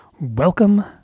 Welcome